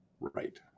Right